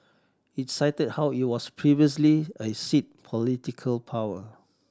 it's cited how it was previously a seat political power